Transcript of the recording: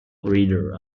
reader